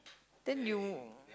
then you